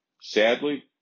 Sadly